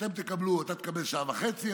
אתה תקבל שעה וחצי,